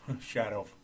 shadow